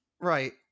Right